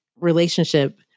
relationship